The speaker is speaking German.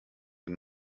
den